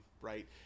right